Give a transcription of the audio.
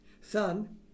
son